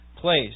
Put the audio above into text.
place